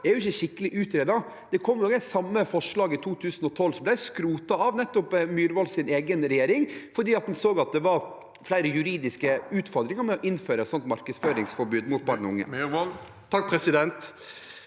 for, ikke er skikkelig utredet. Det samme forslaget kom også i 2012, men ble skrotet av nettopp Myrvolds egen regjering, fordi en så at det var flere juridiske utfordringer med å innføre et sånt markedsføringsforbud mot barn og unge.